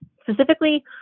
specifically